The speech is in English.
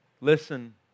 Listen